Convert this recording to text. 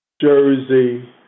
Jersey